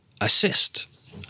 assist